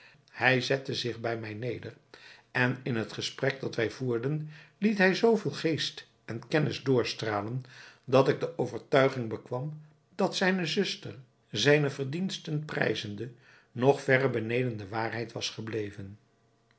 hij zette zich bij mij neder en in het gesprek dat wij voerden liet hij zooveel geest en kennis doorstralen dat ik de overtuiging bekwam dat zijne zuster zijne verdiensten prijzende nog verre beneden de waarheid was gebleven